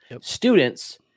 students